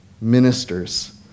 ministers